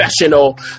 professional